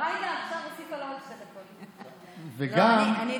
אנחנו נכנסים לתוך היישובים האלה, ואנחנו